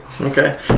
Okay